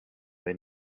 they